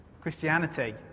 Christianity